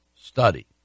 study